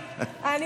קודם כול,